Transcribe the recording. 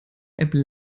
einem